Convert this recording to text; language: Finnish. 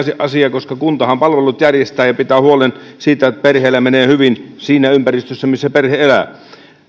asia koska kuntahan palvelut järjestää ja pitää huolen siitä että perheellä menee hyvin siinä ympäristössä missä perhe elää